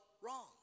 wrong